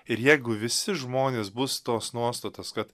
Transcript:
ir jeigu visi žmonės bus tos nuostatos kad